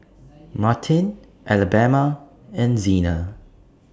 Martine Alabama and Zena